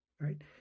right